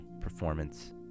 performance